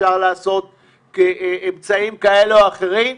אפשר לעשות אמצעים כאלה או אחרים.